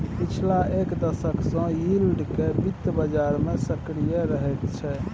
पछिला एक दशक सँ यील्ड केँ बित्त बजार मे सक्रिय रहैत छै